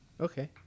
Okay